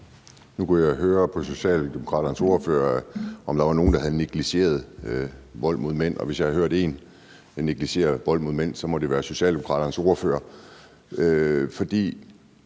Nu kunne jeg høre Socialdemokraternes ordfører tale om, om der var nogen, der havde negligeret vold mod mænd, og hvis jeg har hørt en negligere vold mod mænd, må det være Socialdemokraternes ordfører,